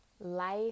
Life